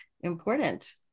important